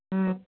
ம்